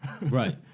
Right